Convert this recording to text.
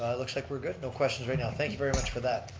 looks like we're good. no questions right now. thank you very much for that.